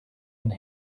and